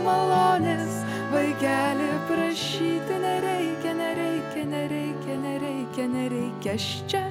malonės vaikeli prašyti nereikia nereikia nereikia nereikia nereikia aš čia